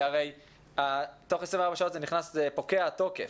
שהרי תוך 24 פוקע התוקף.